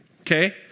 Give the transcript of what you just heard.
okay